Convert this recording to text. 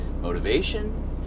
motivation